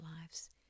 lives